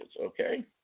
Okay